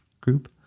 group